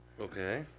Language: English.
Okay